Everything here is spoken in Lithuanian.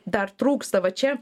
dar trūksta va čia